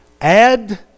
add